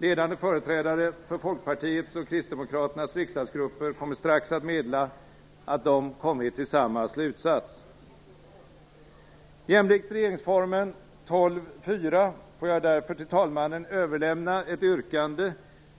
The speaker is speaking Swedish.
Ledande företrädare för Folkpartiets och Kristdemokraternas riksdagsgrupper kommer strax att meddela att de kommit fram till samma slutsats. Jämlikt 12 kap. 4 § regeringsformen får jag därför till talmannen överlämna ett yrkande